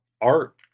art